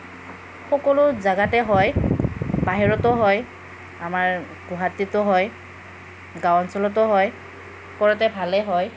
সকলো জেগাতে হয় বাহিৰতো হয় আমাৰ গুৱাহাটীতো হয় গাঁও অঞ্চলতো হয় সকলোতে ভালে হয়